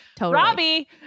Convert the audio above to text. Robbie